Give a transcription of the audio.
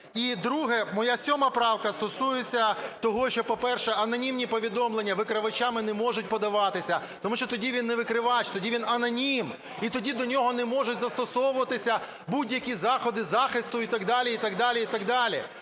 І друге. Моя сьома правка стосується того, що, по-перше, анонімні повідомлення викривачами не можуть подаватися, тому що тоді він не викривач, тоді він – анонім, і тоді до нього не можуть застосовуватися будь-які заходи захисту і так далі, і так далі, і так далі.